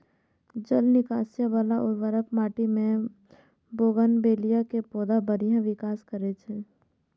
जल निकासी बला उर्वर माटि मे बोगनवेलिया के पौधा बढ़िया विकास करै छै